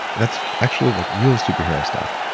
that's actually like real superhero stuff.